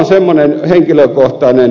asemalle henkilökohtainen